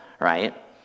right